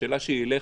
והשאלה שלי אליך: